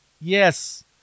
yes